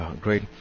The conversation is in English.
Great